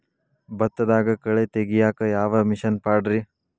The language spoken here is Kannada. ಭತ್ತದಾಗ ಕಳೆ ತೆಗಿಯಾಕ ಯಾವ ಮಿಷನ್ ಪಾಡ್ರೇ?